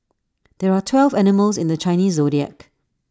there are twelve animals in the Chinese Zodiac